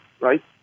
right